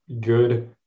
good